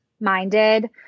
minded